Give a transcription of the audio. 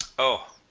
o!